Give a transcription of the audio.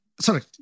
sorry